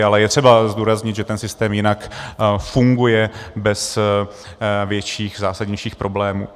Ale je třeba zdůraznit, že ten systém jinak funguje bez větších zásadnějších problémů.